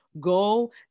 go